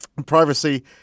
Privacy